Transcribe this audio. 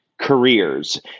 careers